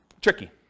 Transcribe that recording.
tricky